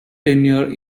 tenure